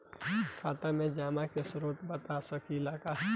खाता में जमा के स्रोत बता सकी ला का?